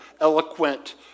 eloquent